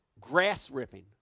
grass-ripping